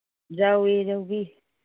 ꯌꯥꯎꯔꯤ ꯌꯥꯎꯋꯤ